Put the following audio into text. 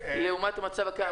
מצליחה לעומת המצב הקיים.